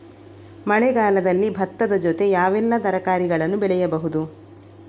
ಮಳೆಗಾಲದಲ್ಲಿ ಭತ್ತದ ಜೊತೆ ಯಾವೆಲ್ಲಾ ತರಕಾರಿಗಳನ್ನು ಬೆಳೆಯಬಹುದು?